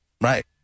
Right